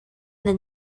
then